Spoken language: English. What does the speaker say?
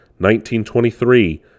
1923